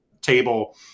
table